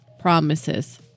promises